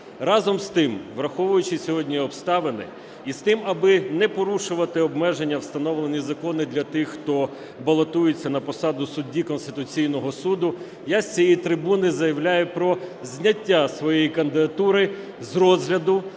Разом з тим, враховуючи сьогодні обставини, і з тим, аби не порушувати обмеження, встановлені закони для тих, хто балотується на посаду судді Конституційного Суду, я з цієї трибуни заявляю про зняття своєї кандидатури з розгляду